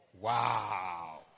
wow